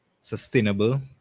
sustainable